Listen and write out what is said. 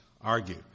argue